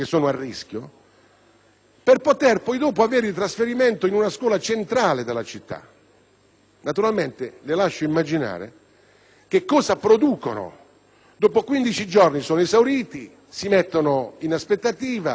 per poter poi chiedere il trasferimento in una scuola centrale della città. Naturalmente, le lascio immaginare che cosa producono: dopo quindici giorni sono esauriti, si mettono in aspettativa, chiedono